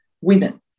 women